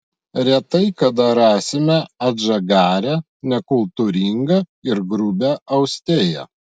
retai kada rasime atžagarią nekultūringą ir grubią austėją